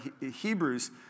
Hebrews